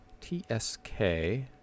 T-S-K